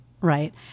Right